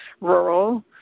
rural